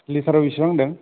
लिटाराव बिसिबां होनदों